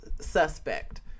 suspect